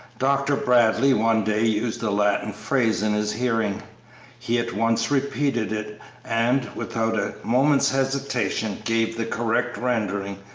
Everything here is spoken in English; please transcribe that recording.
dr. bradley one day used a latin phrase in his hearing he at once repeated it and, without a moment's hesitation, gave the correct rendering,